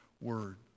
word